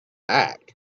act